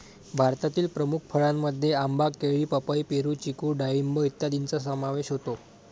भारतातील प्रमुख फळांमध्ये आंबा, केळी, पपई, पेरू, चिकू डाळिंब इत्यादींचा समावेश होतो